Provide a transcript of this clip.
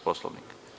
Poslovnika?